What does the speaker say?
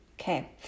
Okay